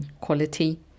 quality